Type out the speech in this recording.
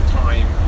time